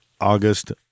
August